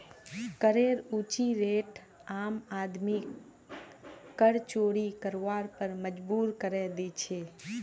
करेर ऊँची रेट आम आदमीक कर चोरी करवार पर मजबूर करे दी छे